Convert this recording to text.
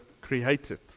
created